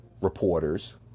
reporters